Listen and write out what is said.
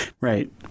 Right